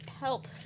help